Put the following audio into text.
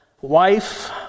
wife